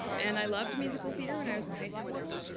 and i loved musical theater when i was in high school.